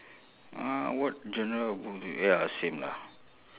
uh what genre of books do you ya same lah